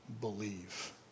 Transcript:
believe